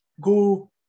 go